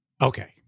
Okay